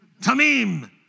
Tamim